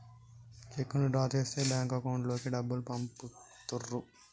చెక్కును డ్రా చేస్తే bank account లోకి డబ్బులు పంపుతుర్రు